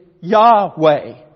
Yahweh